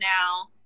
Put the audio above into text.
now